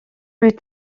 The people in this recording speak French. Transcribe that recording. plus